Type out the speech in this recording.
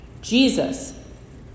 Jesus